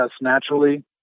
naturally